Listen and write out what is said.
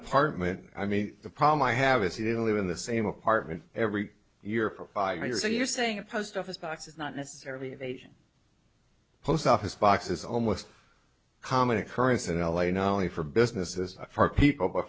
apartment i mean the problem i have is he didn't leave in the same apartment every year for five years so you're saying a post office box is not necessarily age post office box is almost common occurrence in l a not only for businesses for people bu